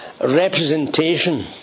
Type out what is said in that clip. representation